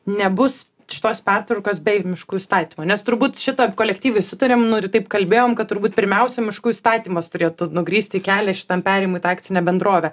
nebus šitos pertvarkos bei miškų įstatymo nes turbūt šitam kolektyviai sutarėm nu ir taip kalbėjom kad turbūt pirmiausia miškų įstatymas turėtų nugrįsti kelią šitam perėjimui į tą akcinę bendrovę